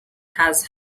has